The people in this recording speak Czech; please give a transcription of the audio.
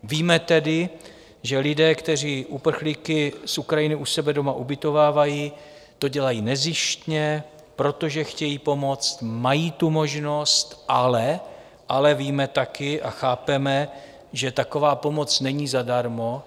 Víme tedy, že lidé, kteří uprchlíky z Ukrajiny u sebe ubytovávají, to dělají nezištně, protože chtějí pomoci, mají tu možnost, ale víme také a chápeme, že taková pomoc není zadarmo.